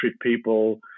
people